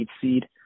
seed